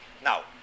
Now